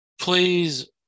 please